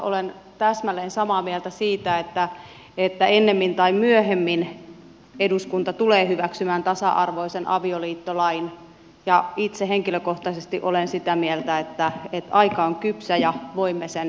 olen täsmälleen samaa mieltä siitä että ennemmin tai myöhemmin eduskunta tulee hyväksymään tasa arvoisen avioliittolain ja itse henkilökohtaisesti olen sitä mieltä että aika on kypsä ja voimme sen hyväksyä